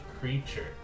creature